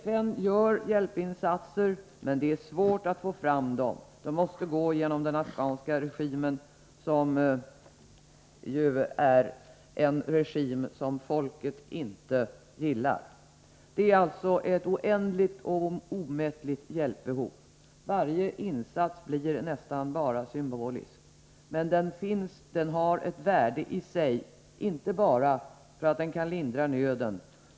FN gör hjälpinsatser, men det är svårt att nå fram med dem. Man måste gå genom den afghanska regimen, som ju folket inte gillar. Det finns alltså ett oändligt och omättligt hjälpbehov. Varje insats blir nästan bara symbolisk, men den har ett värde i sig, inte bara för att den kan lindra nöd.